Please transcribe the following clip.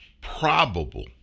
probable